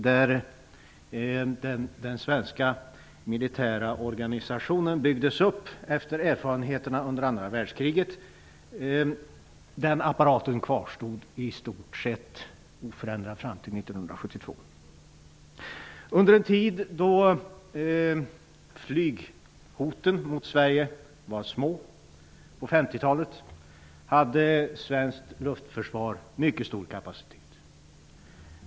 Den svenska militära organisationen byggdes upp efter erfarenheterna under andra världskriget. Den apparaten kvarstod i stort sett oförändrad fram till Under den tid då flyghoten mot Sverige var små, på 50-talet, hade svenskt luftförsvar mycket stor kapacitet.